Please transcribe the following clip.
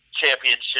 championship